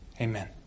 Amen